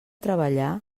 treballar